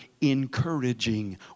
encouraging